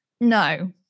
No